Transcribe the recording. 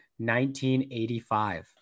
1985